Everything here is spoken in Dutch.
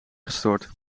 gestort